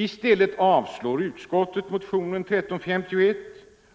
I stället avstyrker utskottet motionen 1351